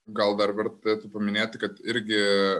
gal dar vertėtų paminėti kad irgi